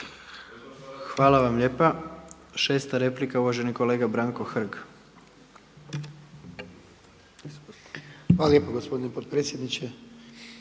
Hvala vam lijepa. Šesta replika uvaženi kolega Branko Hrg. **Hrg, Branko (HDS)** Hvala lijepo gospodine potpredsjedniče.